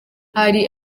hari